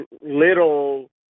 little